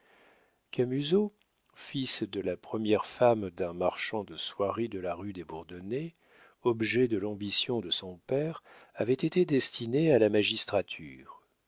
rue camusot fils de la première femme d'un marchand de soieries de la rue des bourdonnais objet de l'ambition de son père avait été destiné à la magistrature